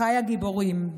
אחיי הגיבורים,